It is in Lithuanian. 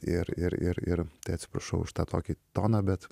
ir ir ir ir tai atsiprašau už tą tokį toną bet